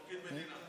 הוא פקיד מדינה.